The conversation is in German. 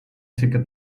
ticket